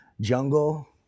jungle